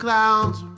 Clouds